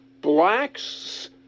blacks